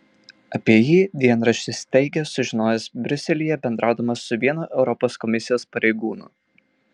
apie jį dienraštis teigia sužinojęs briuselyje bendraudamas su vienu europos komisijos pareigūnu